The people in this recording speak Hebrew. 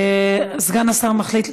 סגן השר מחליט,